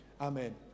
Amen